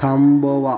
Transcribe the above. थांबवा